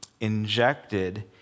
injected